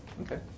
Okay